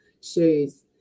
shoes